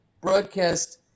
Broadcast